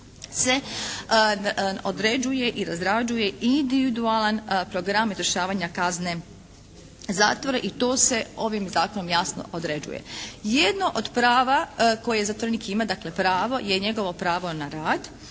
se određuje i razrađuje individualan program izvršavanja kazne zatvora i to se ovim Zakonom jasno određuje. Jedno od prava koje zatvorenik ima, dakle pravo je njegovo pravo na rad,